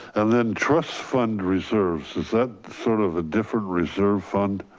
and then trust fund reserves, is that sort of a different reserve fund?